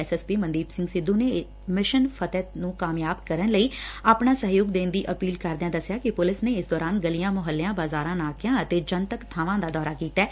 SSP Mandeep Singh Sidhu ਨੇ mission Fateh ਨੂੰ ਕਾਮਯਾਬ ਕਰਨ ਲਈ ਆਪਣਾ ਸਹਿਯੋਗ ਦੇਣ ਦੀ ਅਪੀਲ ਕਰਦਿਆ ਦੱਸਿਆ ਕਿ ਪੁਲਿਸ ਨੇ ਇਸ ਦੌਰਾਨ ਗਲੀਆਂ ਮੁਹੱਲਿਆਂ ਬਾਜ਼ਾਰਾਂ ਨਾਕਿਆਂ ਅਤੇ ਜਨਤਕ ਬਾਵਾਂ ਦਾ ਦੌਰਾ ਕੀਤੈ